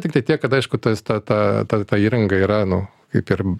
tiktai tiek kad aišku tas ta ta ta ta įranga yra nu kaip ir